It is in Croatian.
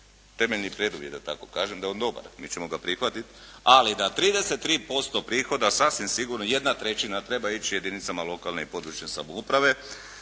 temeljni preduvjet, da tako kažem, da je on dobar, mi ćemo ga prihvatiti, ali da 33% prihoda sasvim sigurno jedna trećina treba ići jedinicama lokalne i područne samouprave,